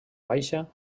baixa